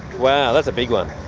wow, that's a big one.